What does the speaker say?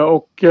Och